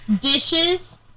dishes